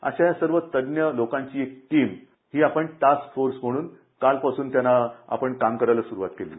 अशा सर्व तज्ञ लोकांची टीम ही आपण टास्कफोर्स म्हणून कालपासून त्यांना आपण काम करायला सुरुवात केलेली